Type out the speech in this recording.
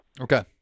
Okay